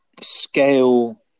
scale